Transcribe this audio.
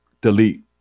delete